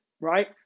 right